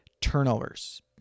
turnovers